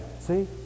see